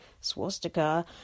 swastika